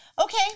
Okay